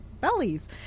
bellies